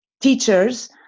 teachers